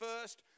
first